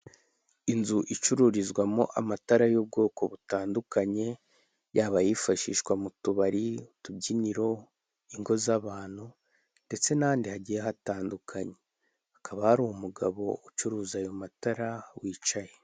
Inzu icururizwamo amatara y'ubwoko butandukanye yaba yifashishwa mu tubari utubyiniro ingo z'abantu ndetse n'andi hagiye hatandukanye hakaba hari umugabo ucuruza ayo matara wicaye.